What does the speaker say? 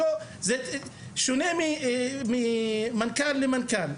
זה שונה ממנכ"ל למנכ"ל.